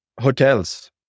Hotels